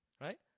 Right